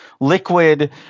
liquid